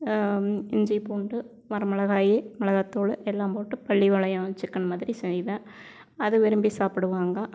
இஞ்சி பூண்டு வரமிளகாய் மிளகாய்தூள் இதெல்லாம் போட்டு பள்ளிவாலயம் சிக்கன் மாதிரி செய்வேன் அது விரும்பி சாப்பிடுவாங்க